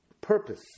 purpose